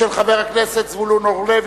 של חבר הכנסת זבולון אורלב,